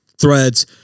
threads